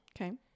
Okay